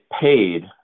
paid